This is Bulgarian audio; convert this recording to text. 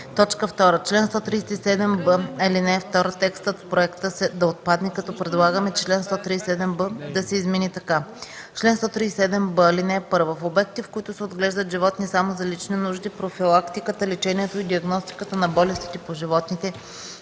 май”; 2. Член 137б, ал. 2 текстът в проекта да отпадне като предлагаме чл. 137б да се измени така: „Чл. 137б. (1) В обектите, в които се отглеждат животни само за лични нужди, профилактиката, лечението и диагностиката на болестите по животните